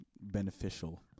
beneficial